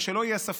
ושלא יהיה ספק,